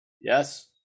Yes